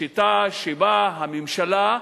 בשיטה שבה הממשלה,